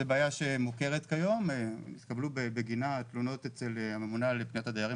זו בעיה שמוכרת היום והתקבלו בגינה תלונות אצל הממונה על פניות הדיירים